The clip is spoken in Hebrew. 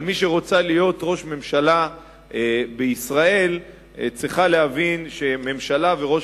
אבל מי שרוצה להיות ראש ממשלה בישראל צריכה להבין שממשלה וראש